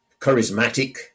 charismatic